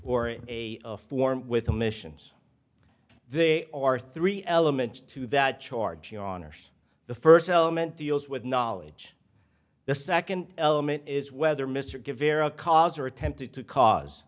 in a form with a missions they are three elements to that charge yawners the first element deals with knowledge the second element is whether mr give varo cause or attempted to cause